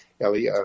Ellie